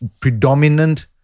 predominant